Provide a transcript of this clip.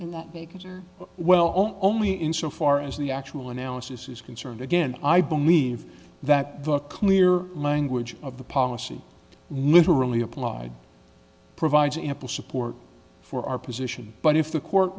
and that they consider well only in so far as the actual analysis is concerned again i believe that the clear language of the policy literally applied provides ample support for our position but if the court